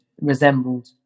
resembled